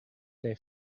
they